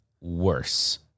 worse